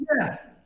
Yes